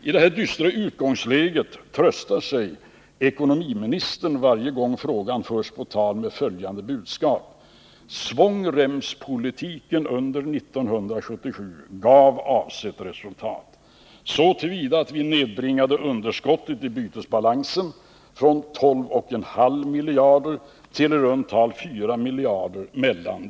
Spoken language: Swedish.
I detta dystra utgångsläge tröstar sig ekonomiministern varje gång frågan förs på tal med följande budskap: Svångremspolitiken under 1977 gav avsett resultat, så till vida att vi nedbringade underskottet i bytesbalansen från 12,5 miljarder till i runt tal 4 miljarder.